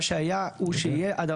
מה שהיה הוא שיהיה.